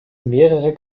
mehrere